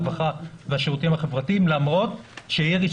הרווחה והשירותים החברתיים למרות שאיריס